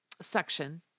section